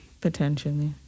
potentially